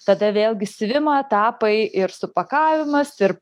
tada vėlgi siuvimo etapai ir supakavimas ir